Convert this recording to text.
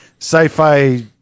sci-fi